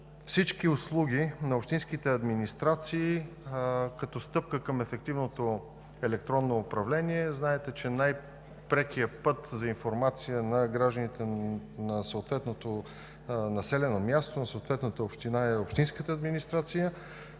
всичките услуги на общинските администрации като стъпка към ефективното електронно управление. Знаете, че най-прекият път за информация на гражданите на съответното населено място, на съответната община е общинската администрация.